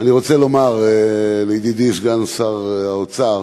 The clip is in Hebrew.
אני רוצה לומר לידידי סגן שר האוצר,